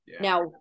Now